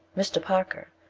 mr. parker,